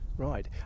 Right